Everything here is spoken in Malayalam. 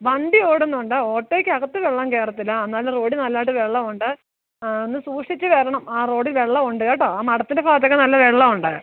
വണ്ടി ഓടുന്നുണ്ട് ഓട്ടോയ്ക്ക് അകത്ത് വെള്ളം കേറത്തില്ല എന്നാലും റോഡിൽ നല്ലതായിട്ട് വെള്ള ഉണ്ട് ആ ഒന്ന് സൂഷിച്ച് വരണം ആ റോഡിൽ വെള്ളമുണ്ട് കേട്ടോ ആ മഠത്തിന്റെ ഭാഗത്തൊക്കെ നല്ല വെള്ളവൊണ്ട്